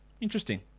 Interesting